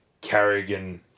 Carrigan